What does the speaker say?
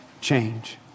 change